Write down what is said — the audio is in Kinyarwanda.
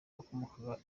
wakomokaga